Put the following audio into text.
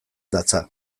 datza